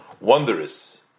wondrous